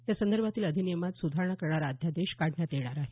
यासंदर्भातील अधिनियमात सुधारणा करणारा अध्यादेश काढण्यात येणार आहे